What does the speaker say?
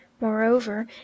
Moreover